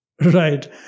Right